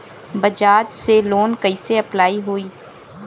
बजाज से लोन कईसे अप्लाई होई?